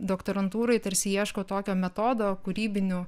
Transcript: doktorantūroj tarsi ieškau tokio metodo kūrybinių